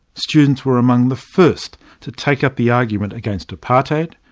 students were among the first to take up the argument against apartheid,